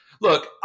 Look